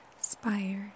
spires